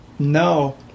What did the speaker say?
No